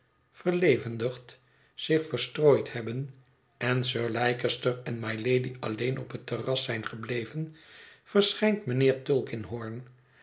verlevendigd zich verstrooid hebben en sir leicester en mylady alleen op het terras zijn gebleven verschijnt mijnheer tulkinghorn